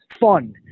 Fun